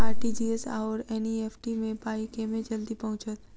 RTGS आओर NEFT मे पाई केँ मे जल्दी पहुँचत?